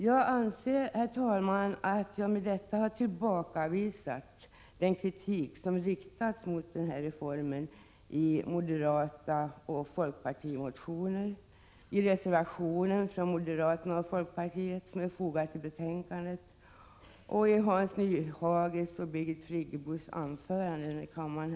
Jag anser att jag med detta har tillbakavisat den kritik som har riktats mot reformen i motionerna från moderaterna och folkpartiet och i reservationen som moderaterna och folkpartisterna har fogat till betänkandet liksom i Hans Nyhages och Birgit Friggebos anföranden här i kammaren.